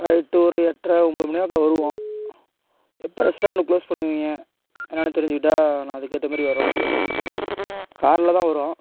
night ஒரு எட்ரை ஒன்பது மணிவாக்கில் வருவோம் எப்போ ரெஸ்டாரண்ட்டை க்ளோஸ் பண்ணுவிங்க என்னான்னு தெரிஞ்சிக்கிட்டால் நான் அதுக்கு ஏத்தமாரி வர முடியும் காரில் தான் வரோம்